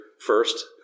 first